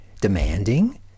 demanding